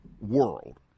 world